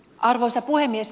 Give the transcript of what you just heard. arvoisa puhemies